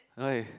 why